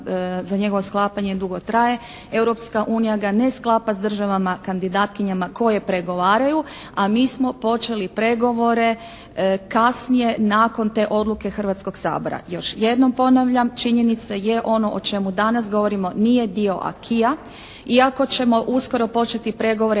za njegovo sklapanje dugo traje Europska unija ga ne sklapa sa država kandidatkinjama koje pregovaraju, a mi smo počeli pregovore kasnije nakon te odluke Hrvatskog sabora. Još jednom ponavljam, činjenica je ono o čemu danas govorimo nije dio Acquis-a iako ćemo uskoro početi pregovore